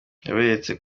yaberetse